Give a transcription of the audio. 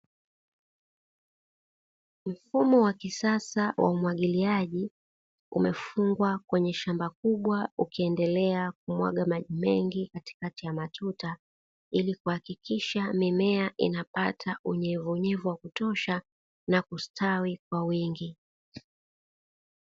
Mfumo wa kisasa wa umwagiliaji umefungwa kwenye shamba kubwa ukiendelea kumwaga maji mengi katikati ya matuta, ili kuhakikisha mimea inapata unyevu unyevu wa kutosha na kustawi kwa wingi.